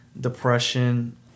depression